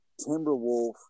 Timberwolf